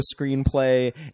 screenplay